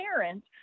parent